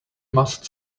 must